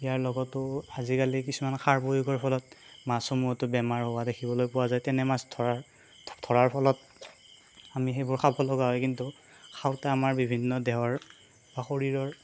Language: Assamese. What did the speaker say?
ইয়াৰ লগতো আজিকালি কিছুমান সাৰ প্ৰয়োগৰ ফলত মাছসমূহতো বেমাৰ হোৱা দেখিবলৈ পোৱা যায় তেনে মাছ ধৰাৰ ধৰাৰ ফলত আমি সেইবোৰ খাব লগা হয় কিন্তু খাওঁতে আমাৰ বিভিন্ন দেহৰ বা শৰীৰৰ